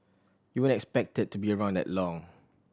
you weren't expected to be around that long